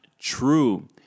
true